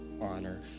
honor